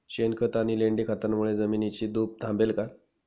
शेणखत आणि लेंडी खतांमुळे जमिनीची धूप थांबेल का?